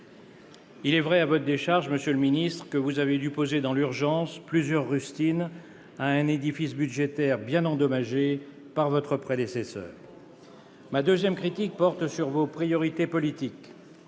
Il est vrai, à votre décharge, monsieur le secrétaire d'État, que vous avez dû poser dans l'urgence plusieurs rustines à un édifice budgétaire bien endommagé par votre prédécesseur. Ma deuxième critique porte sur vos priorités politiques.